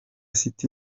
city